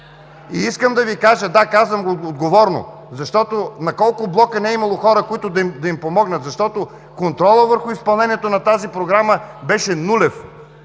Искам да Ви кажа… Да, казвам го отговорно. Защото на колко блока не е имало хора, които да им помогнат? Защото контролът върху изпълнението на тази програма беше нулев.